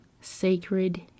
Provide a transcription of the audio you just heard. sacred